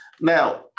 Now